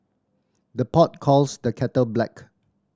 the pot calls the kettle black